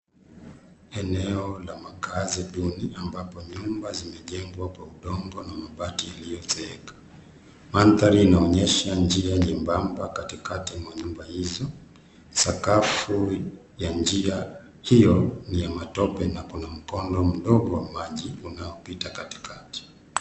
Eneo la makaazi duni, ambapo nyumba zimejengwa kwa udongo na mabati iliyozeeka. Mandhari inaonyesha njia nyembamba katikati mwa nyumba hizo. Sakafu ya njia hiyo, ni ya matope na kuna mkondo mdogo wa maji unaopita katikati.